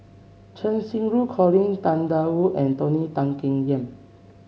Cheng Xinru Colin Tang Da Wu and Tony Tan Keng Yam